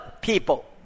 people